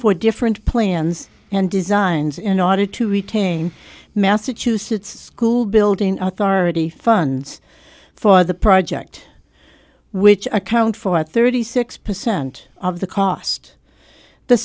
for different plans and designs in order to retain massachusetts cool building authority funds for the project which accounts for thirty six percent of the cost the